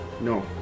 No